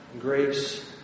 grace